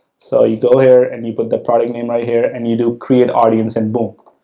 so, you go here and you put the product name right here and you do create audience, and boom,